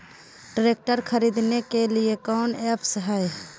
Tractor खरीदने के लिए कौन ऐप्स हाय?